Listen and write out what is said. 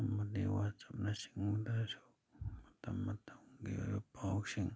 ꯑꯃꯗꯤ ꯋꯥꯆꯞꯅ ꯆꯤꯡꯕꯗꯁꯨ ꯃꯇꯝ ꯃꯇꯝꯒꯤ ꯑꯣꯏꯕ ꯄꯥꯎꯁꯤꯡ